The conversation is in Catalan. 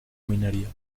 mineria